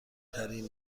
ترین